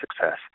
success